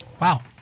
Wow